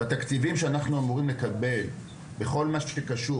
בתקציבים שאנחנו אמורים לקבל בכל מה שקשור